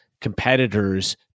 competitors